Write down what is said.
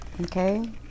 okay